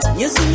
yes